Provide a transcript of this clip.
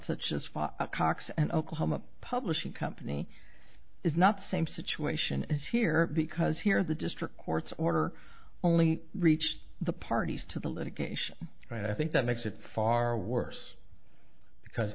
such as far cox and oklahoma publishing company is not same situation as here because here the district court's order only reached the parties to the litigation right i think that makes it far worse because